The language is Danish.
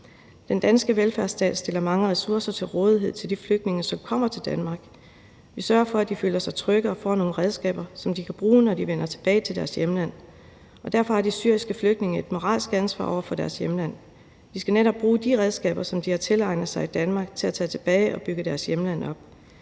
Den danske velfærdsstat stiller mange ressourcer til rådighed til de flygtninge, som kommer til Danmark. Vi sørger for, at de føler sig trygge og får nogle redskaber, som de kan bruge, når de vender tilbage til deres hjemland. Derfor har de syriske flygtninge et moralsk ansvar over for deres hjemland. De skal netop bruge de redskaber, som de har tilegnet sig i Danmark, til at tage tilbage og bygge deres hjemland op.